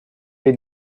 they